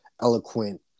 eloquent